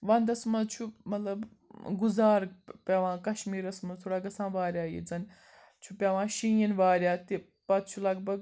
وَنٛدَس منٛز چھُ مطلب گُزارٕ پیٚوان کَشمیٖرَس منٛز تھوڑا گژھان واریاہ ییٚتہِ زَن چھُ پیٚوان شیٖن واریاہ تہِ پَتہٕ چھُ لَگ بھَگ